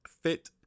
Fit